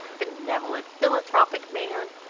benevolent, philanthropic man!